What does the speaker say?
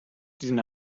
diesen